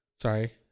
Sorry